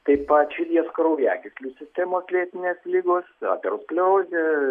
taip pat širdies kraujagyslių sistemos lėtinės ligos aterosklerozė